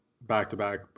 back-to-back